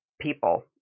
people